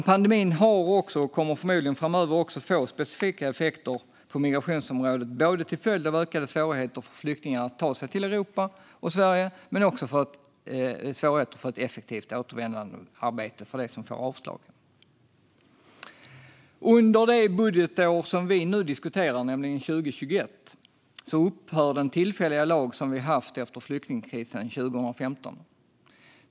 Pandemin har också, och kommer förmodligen framöver också att få, specifika effekter på migrationsområdet både till följd av ökade svårigheter för flyktingarna att ta sig till Europa och Sverige och i form av svårigheter att få ett effektivt återvändandearbete för dem som får avslag. Under det budgetår som vi nu diskuterar, nämligen 2021, upphör den tillfälliga lag som vi har haft efter flyktingkrisen 2015.